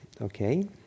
okay